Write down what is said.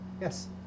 yes